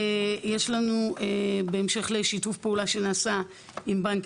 יש לנו בהמשך לשיתוף הפעולה שנעשה עם בנק